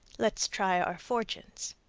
let's try our fortunes.